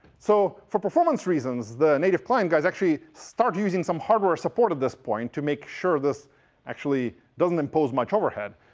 so for performance reasons, the native client guys actually start using some hardware support at this point to make sure this actually doesn't impose much overhead.